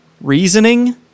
reasoning